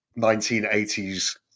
1980s